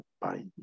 Bye